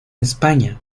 españa